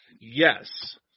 Yes